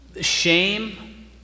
shame